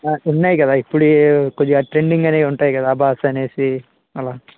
ఉన్నాయి కదా ఇప్పుడు కొద్దిగా ట్రెండింగ్ అనేవి ఉంటాయి కదా ప్రభాస్ అని అలా